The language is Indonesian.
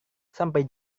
sampai